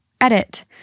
edit